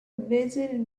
vessel